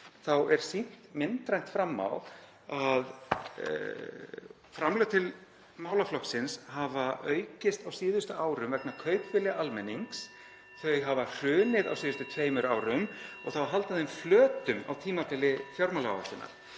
er sýnt myndrænt fram á að framlög til málaflokksins hafa aukist á síðustu árum vegna kaupvilja almennings. (Forseti hringir.) Þau hafa hrunið á síðustu tveimur árum og það á að halda þeim flötum á tímabili fjármálaáætlunar.